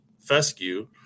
fescue